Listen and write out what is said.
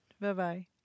Bye-bye